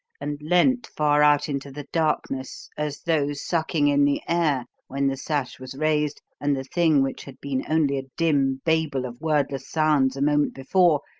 and leant far out into the darkness as though sucking in the air when the sash was raised and the thing which had been only a dim babel of wordless sounds a moment before,